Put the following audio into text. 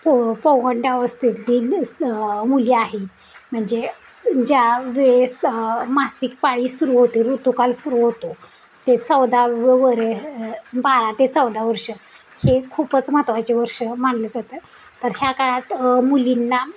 पो पौगंडा अवस्थेतली मुली आहे म्हणजे ज्या वेळेस मासिक पाळी सुरू होते ऋतुकाल सुरू होतो ते चौदा व वरे बारा ते चौदा वर्ष हे खूपच महत्त्वाचे वर्ष मानलं जातं तर ह्या काळात मुलींना